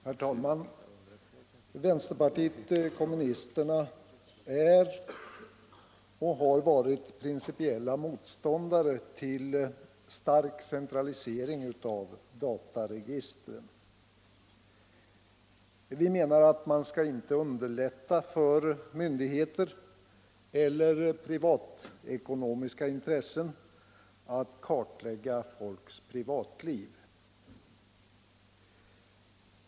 Herr talman! Vänsterpartiet kommunisterna har varit och är principiella motståndare till stark centralisering av dataregistren. Vi menar att man inte skall underlätta för myndigheter eller privatekonomiska intressen att kartlägga människors privatliv.